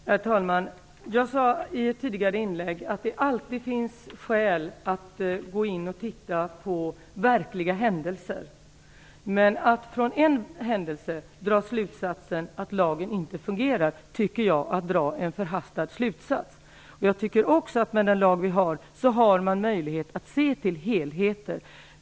Herr talman! Jag sade i ett tidigare inlägg att det alltid finns skäl att gå in och titta på verkliga händelser. Men att av en händelse dra slutsatsen att lagen inte fungerar tycker jag är att dra en förhastad slutsats. Jag tycker också att det med den lag vi har finns möjlighet att se till helheten.